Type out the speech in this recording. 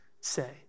say